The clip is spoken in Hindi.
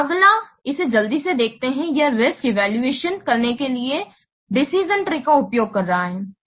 अगला इसे जल्दी से देखते है यह रिस्क इवैल्यूएशन करने के लिए डिसिशन ट्री का उपयोग कर रहा है